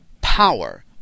power